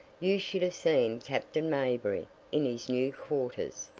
you should have seen captain mayberry in his new quarters.